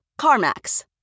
CarMax